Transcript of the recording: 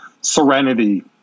serenity